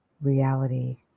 reality